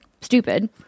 stupid